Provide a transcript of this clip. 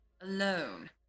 alone